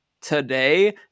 Today